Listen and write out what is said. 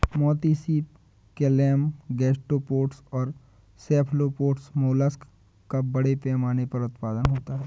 मोती सीप, clam, gastropods और सेफलोपोड्स मोलस्क का बड़े पैमाने पर उत्पादन होता है